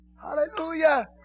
Hallelujah